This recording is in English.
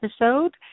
episode